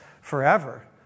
forever